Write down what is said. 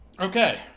Okay